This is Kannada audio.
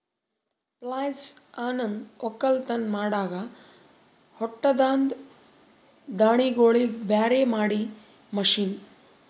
ಪ್ಲಾಯ್ಲ್ ಅನಂದ್ ಒಕ್ಕಲತನ್ ಮಾಡಾಗ ಹೊಟ್ಟದಾಂದ ದಾಣಿಗೋಳಿಗ್ ಬ್ಯಾರೆ ಮಾಡಾ ಮಷೀನ್